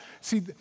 see